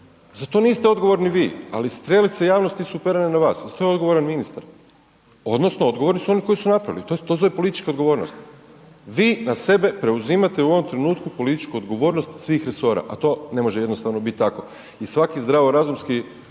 za to niste odgovorni vi, ali strelice javnosti su uperene na vas, za to je odgovoran ministar odnosno odgovorni su oni koji su napravili, to se zove politička odgovornost. Vi na sebe preuzimate u ovom trenutku političku odgovornost svih resora, a to ne može jednostavno biti tako. I svako zdravorazumski